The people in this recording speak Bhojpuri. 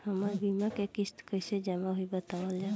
हमर बीमा के किस्त कइसे जमा होई बतावल जाओ?